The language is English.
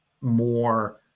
more